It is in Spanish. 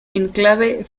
enclave